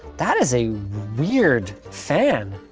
that is a weird fan.